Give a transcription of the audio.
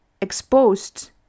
exposed